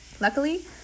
Luckily